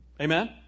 Amen